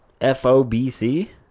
F-O-B-C